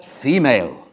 female